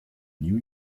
new